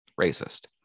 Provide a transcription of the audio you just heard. racist